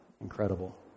incredible